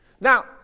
Now